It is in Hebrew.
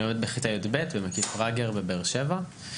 אני לומד בכיתה י"ב במקיף רגר בבאר שבע.